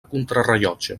contrarellotge